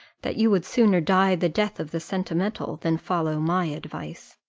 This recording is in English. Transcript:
that you would sooner die the death of the sentimental than follow my advice.